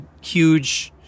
huge